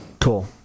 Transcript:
Cool